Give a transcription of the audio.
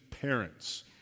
parents